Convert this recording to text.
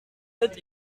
êtes